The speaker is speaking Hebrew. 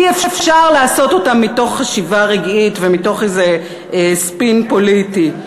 אי-אפשר לעשות אותם מתוך חשיבה רגעית ומתוך איזה ספין פוליטי.